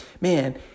man